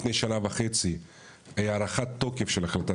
לפני שנה וחצי היה הארכת תוקף של החלטת